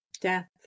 death